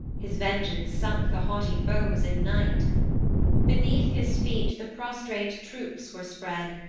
his vengeance sunk the haughty foes in night beneath his feet the prostrate troops were spread,